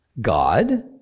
God